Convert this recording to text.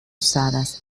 usadas